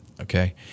okay